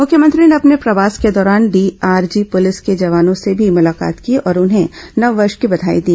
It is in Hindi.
मुख्यमंत्री ने अपने प्रवास के दौरान डीआरजी पुलिस के जवानों से भी मुलाकात की और उन्हें नववर्ष की बधाई दी